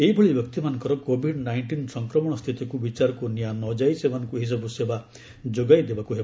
ଏହିଭଳି ବ୍ୟକ୍ତିମାନଙ୍କର covid nineteen ସଂକ୍ରମଣ ସ୍ଥିତିକ୍ ବିଚାରକ୍ ନିଆନଯାଇ ସେମାନଙ୍କ ଏହିସବ୍ ସେବା ଯୋଗାଇ ଦେବାକୁ ହେବ